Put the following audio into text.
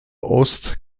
ost